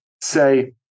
say